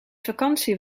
vakantie